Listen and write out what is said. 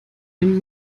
den